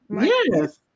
Yes